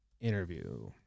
Interview